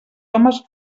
homes